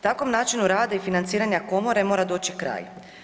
Takvom načinu rada i financiranja komore mora doći kraj.